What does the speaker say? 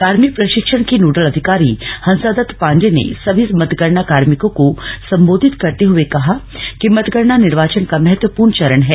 कार्मिक प्रशिक्षण के नोडल अधिकारी हसांदत्त पांडे ने सभी मतगणना कार्मिकों को संबोधित करने हुए कहा कि मतगणना निर्वाचन का महत्वपूर्ण चरण है